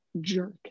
jerk